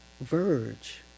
verge